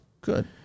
Good